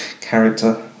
character